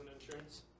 insurance